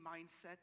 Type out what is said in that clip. mindset